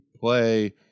play